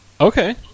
Okay